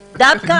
עדיין.